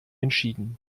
entschieden